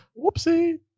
Whoopsie